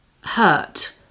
hurt